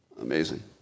Amazing